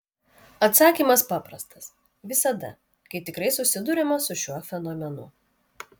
atsakymas paprastas visada kai tikrai susiduriama su šiuo fenomenu